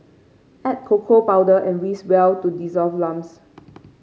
add cocoa powder and whisk well to dissolve lumps